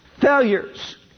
failures